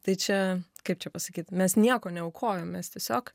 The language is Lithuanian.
tai čia kaip čia pasakyt mes nieko neaukojom mes tiesiog